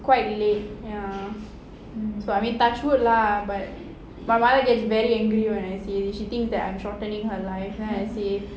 quite late ya so I mean touch wood lah but my mother gets very angry when I say this she thinks that I'm shortening her life then I say